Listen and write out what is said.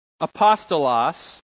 apostolos